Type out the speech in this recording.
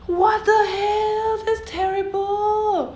what the hell that's terrible